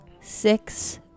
Six